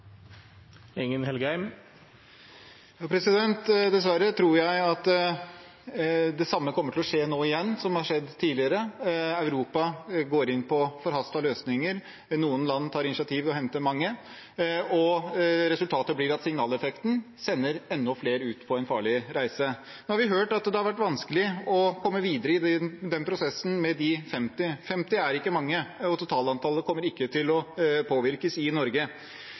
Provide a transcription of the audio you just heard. Dessverre tror jeg at det samme som har skjedd tidligere, kommer til å skje nå igjen. Europa går inn på forhastede løsninger, noen land tar initiativ og henter mange, og resultatet blir at signaleffekten sender enda flere ut på en farlig reise. Nå har vi hørt at det har vært vanskelig å komme videre i prosessen med de 50. 50 er ikke mange, og totalantallet kommer ikke til å påvirkes i Norge.